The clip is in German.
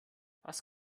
was